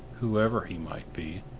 whoever he might be,